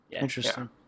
Interesting